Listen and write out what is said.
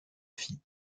fit